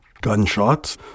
gunshots